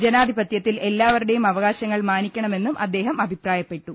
ജനാധിപത്യത്തിൽ എല്ലാവരുടെയും അവകാശങ്ങൾ മാനിക്കണമെന്നും അദ്ദേഹം അഭി പ്രായപ്പെട്ടു